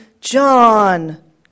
John